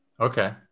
Okay